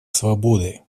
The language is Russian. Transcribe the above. свободы